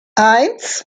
eins